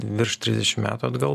virš trisdešim metų atgal